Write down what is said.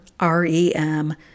REM